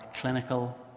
clinical